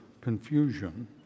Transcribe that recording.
confusion